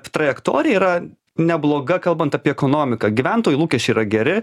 trajektorija yra nebloga kalbant apie ekonomiką gyventojų lūkesčiai yra geri